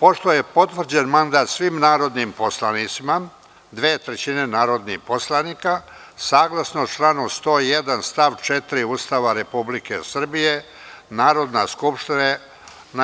Pošto je potvrđen mandat svim narodnim poslanicima, dve trećine narodnih poslanika, saglasno članu 101. stav 4. Ustava Republike Srbije, Narodna skupština